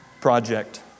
project